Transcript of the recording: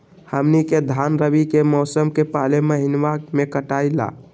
हमनी के धान रवि के मौसम के पहले महिनवा में कटाई ला